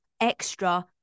extra